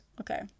okay